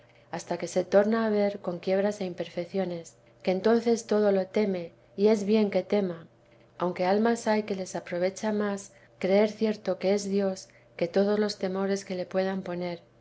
hasta que se torna a ver con quiebras e imperfecciones que entonces todo lo teme y es bien que tema aunque almas hay que les aprovecha más creer cierto que es dios que todos los temores que le puedan poner